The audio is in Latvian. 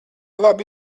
labi